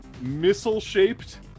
missile-shaped